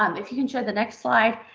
um if you can show the next slide,